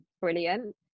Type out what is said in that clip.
brilliant